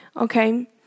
Okay